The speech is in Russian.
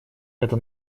это